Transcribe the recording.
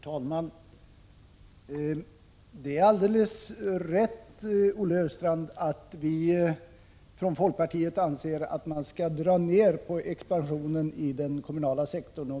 Herr talman! Det är alldeles riktigt, Olle Östrand, att folkpartiet anser att man skall minska expansionen i den kommunala sektorn.